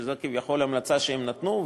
שזו כביכול המלצה שהם נתנו,